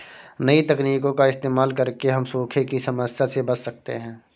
नई तकनीकों का इस्तेमाल करके हम सूखे की समस्या से बच सकते है